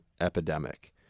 epidemic